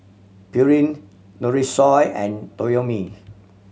Pureen Nutrisoy and Toyomi